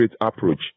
approach